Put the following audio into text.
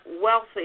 wealthy